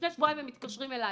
לפני שבועיים הם מתקשרים אליי,